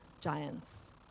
giants